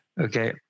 okay